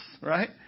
right